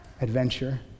adventure